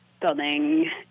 building